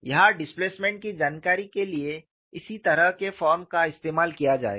यहां डिस्प्लेसमेंट की जानकारी के लिए इसी तरह के फॉर्म का इस्तेमाल किया जाएगा